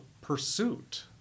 pursuit